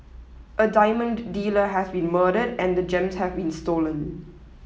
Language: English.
a diamond dealer has been murdered and the gems have been stolen